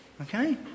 Okay